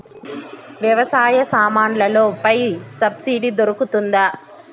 వ్యవసాయ సామాన్లలో పై సబ్సిడి దొరుకుతుందా?